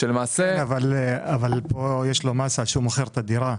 כן, אבל פה יש לו מסה כשהוא מוכר את הדירה.